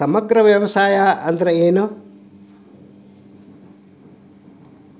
ಸಮಗ್ರ ವ್ಯವಸಾಯ ಅಂದ್ರ ಏನು?